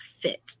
fit